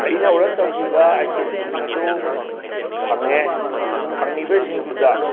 ꯑꯩꯅ ꯑꯣꯔꯗꯔ ꯇꯧꯈꯤꯕ ꯑꯥꯏꯇꯦꯝꯁꯤꯡ ꯑꯗꯨ ꯐꯪꯉꯦ ꯐꯪꯉꯤꯕꯁꯤꯡꯗꯨꯗ